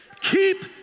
Keep